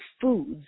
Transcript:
foods